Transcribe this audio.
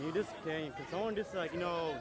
you know